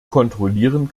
kontrollieren